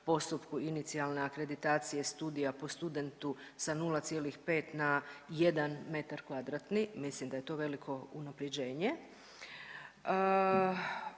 postupku inicijalne akreditacije studija po studentu sa 0,5 na 1 m2, mislim da je to veliko unaprjeđenje.